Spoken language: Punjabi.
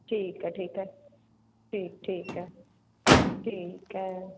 ਠੀਕ ਹੈ ਠੀਕ ਹੈ ਅਤੇ ਠੀਕ ਹੈ ਠੀਕ ਹੈ